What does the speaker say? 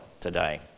today